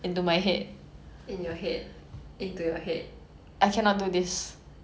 maybe the next time if there is a next time we shouldn't be doing this at like